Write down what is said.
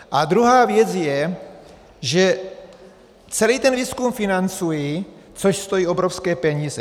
A druhá věc je, že celý ten výzkum financují, což stojí obrovské peníze.